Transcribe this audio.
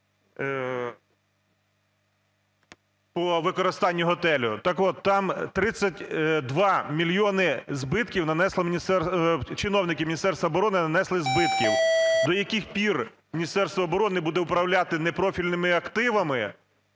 по використанню готелю. Так-от, там 32 мільйони збитків нанесли, чиновники Міністерства оборони нанесли збитків. До яких пір Міністерство оборони буде управляти непрофільними активами